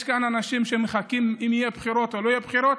יש כאן אנשים שמחכים אם יהיו בחירות או לא יהיו בחירות,